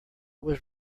was